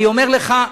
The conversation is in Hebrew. אני אומר לך,